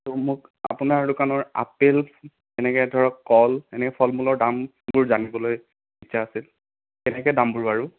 ত' মোক আপোনাৰ দোকানৰ আপেল তেনেকে ধৰক কল এনেকে ফল মূলৰ দামবোৰ জানিবলৈ ইচ্ছা আছিল কেনেকে দামবোৰ বাৰু